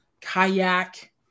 kayak